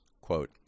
Quote